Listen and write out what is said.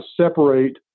separate